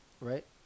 right